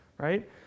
right